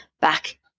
back